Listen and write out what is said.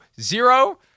zero